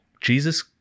jesus